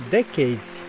decades